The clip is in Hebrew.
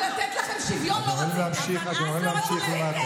אין לנו רוב בוועדה, ארבעה נציגים מול חמישה.